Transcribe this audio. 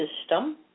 system